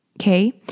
Okay